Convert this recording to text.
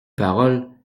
paroles